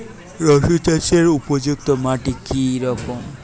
রুসুন চাষের উপযুক্ত মাটি কি রকম?